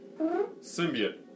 Symbiote